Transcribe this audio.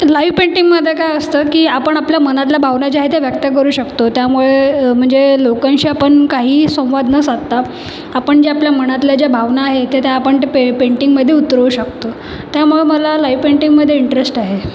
live पेंटिंगमध्ये काय असतं की आपण आपल्या मनातल्या भावना ज्या आहे त्या व्यक्त करू शकतो त्यामुळे म्हणजे लोकांशी आपण काहीही संवाद न साधता आपण जे आपल्या मनातल्या ज्या भावना आहे तर त्या आपण पे पेंटिंगमध्ये उतरवू शकतो त्यामुळं मला लाइव पेंटिंगमधे इंट्रेस्ट आहे